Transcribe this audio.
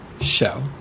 Show